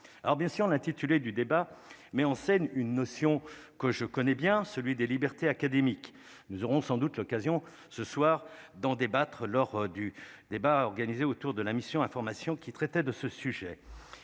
alors bien sûr l'intitulé du débat met en scène une notion que je connais bien, celui des libertés académiques, nous aurons sans doute l'occasion ce soir d'en débattre lors du débat organisé autour de la mission information qui traitait de ce sujet,